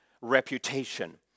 reputation